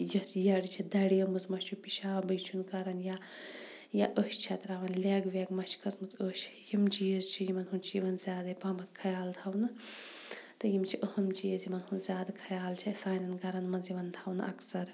یۄس یَڈ چھِ دَریمٕژ مہَ چھِ پِشابٕے چھُنہٕ کَران یا یا أش چھَ تراوان لیٚگ ویٚگ مہَ چھِ کھٔژمٕژ أچھ یِم چیٖز چھِ یِمَن ہُنٛد چھُ یِوان زیادے پَہمَتھ خَیال تھاونہٕ تہٕ یِم چھِ اہم چیٖز یِمَن ہُنٛد زیادٕ خَیال چھُ سانن گَرَن مَنٛز یِوان تھاونہٕ اَکثَر